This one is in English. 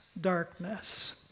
darkness